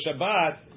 Shabbat